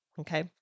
okay